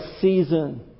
season